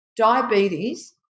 diabetes